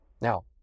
Now